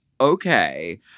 Okay